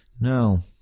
No